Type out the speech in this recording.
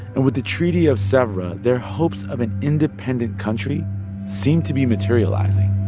and with the treaty of sevres, their hopes of an independent country seemed to be materializing